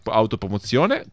autopromozione